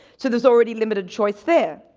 so there's already limited choice there.